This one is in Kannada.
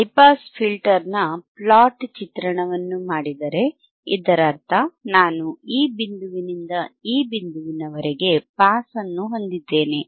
ಹೈ ಪಾಸ್ ಫಿಲ್ಟರ್ ನ ಪ್ಲಾಟ್ ಚಿತ್ರಣವನ್ನು ಮಾಡಿದರೆ ಇದರರ್ಥ ನಾನು ಈ ಬಿಂದುವಿನಿಂದ ಈ ಬಿಂದುವಿನವರೆಗೆ ಪಾಸ್ ಅನ್ನು ಹೊಂದಿದ್ದೇನೆ